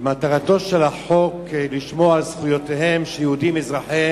מטרתו של החוק לשמור על זכויותיהם של יהודים אזרחי